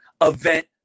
event